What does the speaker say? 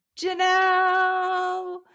Janelle